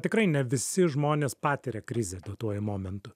tikrai ne visi žmonės patiria krizę duotuoju momentu